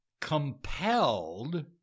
compelled